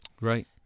Right